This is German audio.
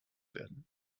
werden